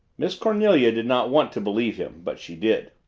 miss cornelia did not want to believe him but she did.